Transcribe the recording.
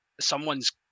someone's